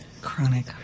Chronic